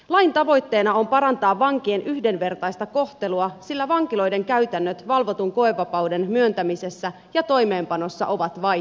lain tavoitteena on parantaa vankien yhdenvertaista kohtelua sillä vankiloiden käytännöt valvotun koevapauden myöntämisessä ja toimeenpanossa ovat vaihdelleet